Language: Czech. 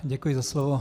Děkuji za slovo.